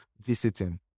visiting